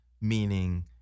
Meaning